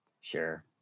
Sure